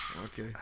Okay